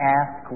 ask